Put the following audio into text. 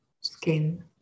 skin